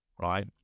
right